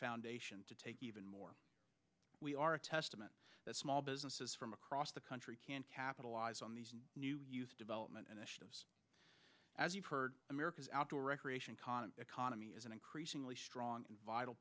foundation to take even more we are a testament that small businesses from across the country can capitalize on the new development initiatives as you've heard america's outdoor recreation kannan economy is an increasingly strong and vital